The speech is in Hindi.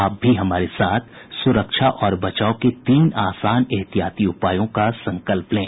आप भी हमारे साथ सुरक्षा और बचाव के तीन आसान एहतियाती उपायों का संकल्प लें